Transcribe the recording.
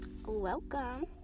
welcome